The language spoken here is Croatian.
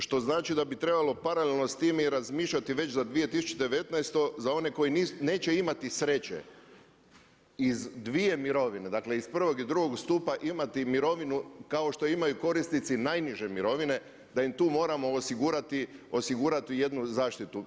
Što znači da bi trebalo paralelno s time i razmišljati već za 2019. za one koji neće imati sreće iz dvije mirovine, dakle iz prvog i drugog stupa imati mirovinu kao što imaju korisnici najniže mirovine da im tu moramo osigurati, osigurati jednu zaštitu.